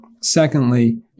Secondly